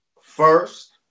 First